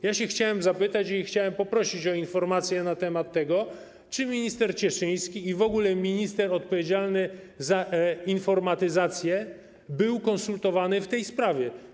Ja się chciałem zapytać i chciałem poprosić o informację na temat tego, czy z ministrem Cieszyńskim i w ogóle z ministrem odpowiedzialnym za informatyzację była konsultowana ta sprawa.